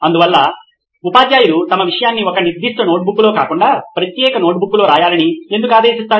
అందువల్ల ఉపాధ్యాయులు తమ విషయాన్ని ఒక నిర్దిష్ట నోట్బుక్లో కాకుండా ప్రత్యేక నోట్బుక్లో రాయాలని ఎందుకు ఆదేశిస్తారు